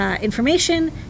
information